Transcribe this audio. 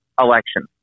election